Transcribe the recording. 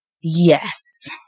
yes